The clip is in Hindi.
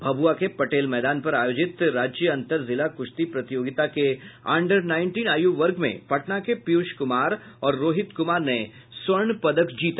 भभुआ के पटेल मैदान पर आयोजित राज्य अंतर जिला कुश्ती प्रतियोगिता के अंडर नाइनटीन आयु वर्ग में पटना के पीयूष कुमार और रोहित कुमार ने स्वर्ण पदक जीता